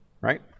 right